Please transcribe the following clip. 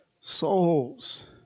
Souls